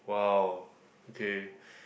wow okay